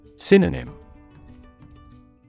Synonym